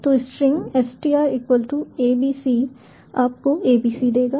तो string str "ABC" आपको ABC देगा